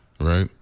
Right